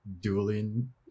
dueling